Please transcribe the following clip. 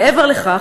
מעבר לכך,